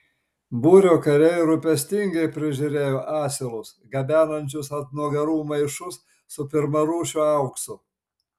būrio kariai rūpestingai prižiūrėjo asilus gabenančius ant nugarų maišus su pirmarūšiu auksu